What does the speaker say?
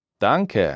Danke